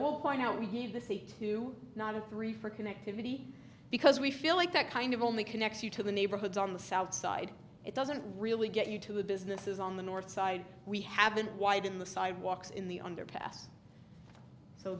will point out we need the state to not have three for connectivity because we feel like that kind of only connects you to the neighborhoods on the south side it doesn't really get you to a businesses on the north side we haven't widen the sidewalks in the underpass so